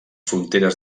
fronteres